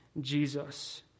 Jesus